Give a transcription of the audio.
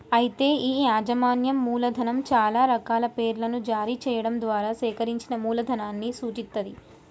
అయితే ఈ యాజమాన్యం మూలధనం చాలా రకాల పేర్లను జారీ చేయడం ద్వారా సేకరించిన మూలధనాన్ని సూచిత్తది